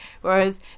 Whereas